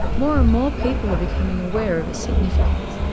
more and more people are becoming aware of its significance.